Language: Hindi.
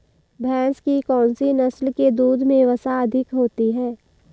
भैंस की कौनसी नस्ल के दूध में वसा अधिक होती है?